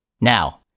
Now